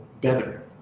better